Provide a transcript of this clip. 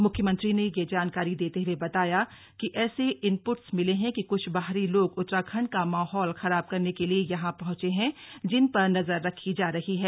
मुख्यमंत्री ने यह जानकारी देते हुए बताया कि ऐसे इनपुटस मिले हैं कि कुछ बाहरी लोग उत्तराखंड का माहौल खराब करने के लिए यहां पहंचे हैं जिन पर नजर रखी जा रही है